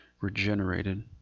regenerated